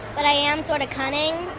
but i am sort of cunning.